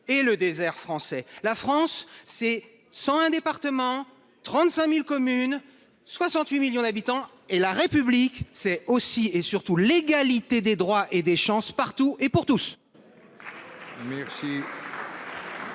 et le désert français, la France c'est 101 départements, 35.000 communes, 68 millions d'habitants et la République, c'est aussi et surtout l'égalité des droits et des chances partout et pour tous.